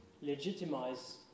legitimize